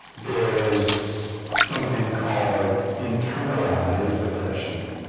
there's something called internalized oppression